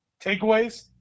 takeaways